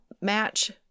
match